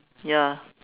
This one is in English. ya